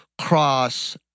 Cross